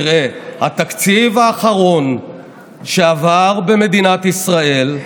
יראה: התקציב האחרון שעבר במדינת ישראל,